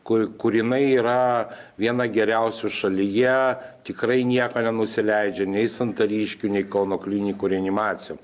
kur kur jinai yra viena geriausių šalyje tikrai nieko nenusileidžia nei santariškių nei kauno klinikų reanimacijom